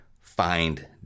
find